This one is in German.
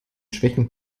schwächen